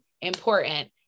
important